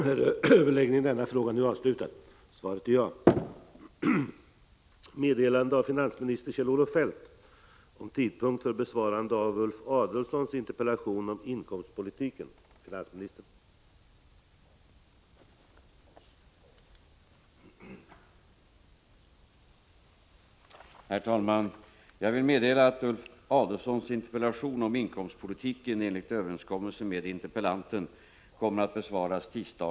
Herr talman! Jag vill meddela att jag på grund av arbetsbelastning inte kan besvara Ulf Adelsohns interpellation om inkomstpolitiken inom den i riksdagsordningen föreskrivna tiden fyra veckor. Enligt överenskommelse med interpellanten kommer interpellationen att besvaras tisdagen den 21 januari.